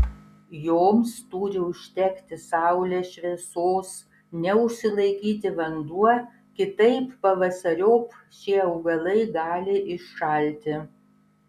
joms turi užtekti saulės šviesos neužsilaikyti vanduo kitaip pavasariop šie augalai gali iššalti